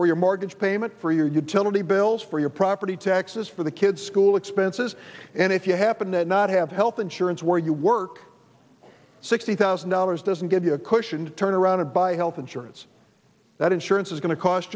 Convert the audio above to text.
for your mortgage payment for your utility bills for your property taxes for the kids school expenses and if you happen to not have health insurance where you work sixty thousand dollars doesn't give you a cushion to turn around and buy health insurance that insurance is going to cost